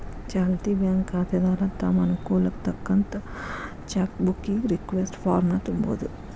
ಚಾಲ್ತಿ ಬ್ಯಾಂಕ್ ಖಾತೆದಾರ ತಮ್ ಅನುಕೂಲಕ್ಕ್ ತಕ್ಕಂತ ಚೆಕ್ ಬುಕ್ಕಿಗಿ ರಿಕ್ವೆಸ್ಟ್ ಫಾರ್ಮ್ನ ತುಂಬೋದು